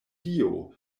dio